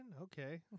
Okay